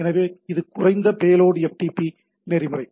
எனவே இது குறைந்த பேலோட் FTP நெறிமுறை